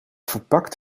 verpakt